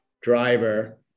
driver